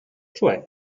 cioè